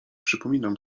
przypominam